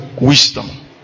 wisdom